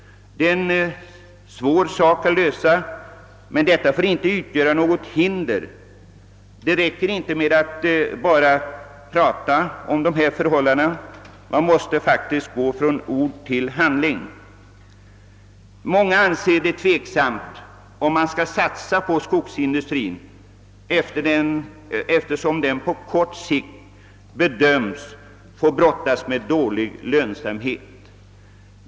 Det är ett svårt problem att lösa, men detta får inte utgöra något hinder. Det räcker inte med att bara prata om dessa förhållanden utan man måste faktiskt gå från ord till handling. Många anser det tveksamt om man skall satsa på skogsindustrin, eftersom den på kort sikt bedöms få brottas med dålig lönsamhet.